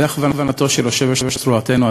בהכוונתו של יושב-ראש סיעתנו,